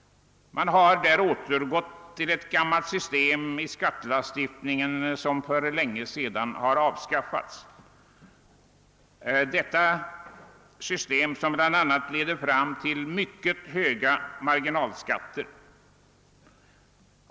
Man har där återgått till ett gammalt system i skattelagstiftningen som för länge sedan har avskaffats. Detta system leder bl.a. till mycket höga marginalskatter.